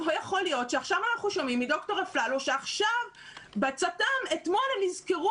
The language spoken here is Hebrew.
לא יכול להיות שעכשיו אנחנו שומעים מד"ר אפללו שבצט"ם אתמול הם נזכרו